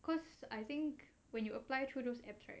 cause I think when you apply through those apps right